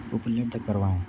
उपलब्ध करवाऐं